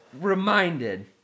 reminded